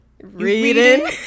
Reading